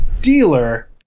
dealer